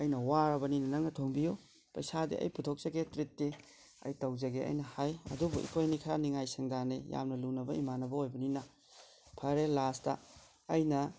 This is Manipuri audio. ꯑꯩꯅ ꯋꯥꯔꯕꯅꯤꯅ ꯅꯪꯅ ꯊꯣꯡꯕꯤꯌꯨ ꯄꯩꯁꯥꯗꯤ ꯑꯩ ꯄꯨꯊꯣꯛꯆꯒꯦ ꯇ꯭ꯔꯤꯠꯇꯤ ꯑꯩ ꯇꯧꯖꯒꯦ ꯑꯩꯅ ꯍꯥꯏ ꯑꯗꯨꯕꯨ ꯑꯩꯈꯣꯏ ꯑꯅꯤ ꯈꯔ ꯅꯤꯡꯉꯥꯏ ꯁꯪꯗꯥꯟꯅꯩ ꯌꯥꯝꯅ ꯂꯨꯅꯕ ꯏꯃꯥꯟꯅꯕ ꯑꯣꯏꯕꯅꯤꯅ ꯐꯔꯦ ꯂꯥꯁꯇ ꯑꯩꯅ